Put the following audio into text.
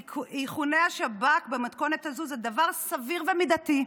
איכוני השב"כ במתכונת הזו זה דבר סביר ומידתי.